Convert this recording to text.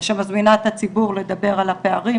שמזמינה את הציבור לדבר על הפערים,